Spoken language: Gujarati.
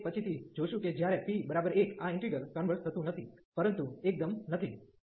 આપણે તે પછીથી જોશું કે જ્યારે p 1 આ ઈન્ટિગ્રલ કન્વર્ઝ થતું નથી પરંતુ એકદમ નથી